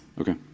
okay